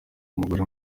umugore